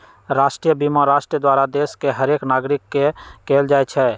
राष्ट्रीय बीमा राष्ट्र द्वारा देश के हरेक नागरिक के कएल जाइ छइ